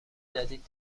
جدید